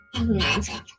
Magic